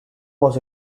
was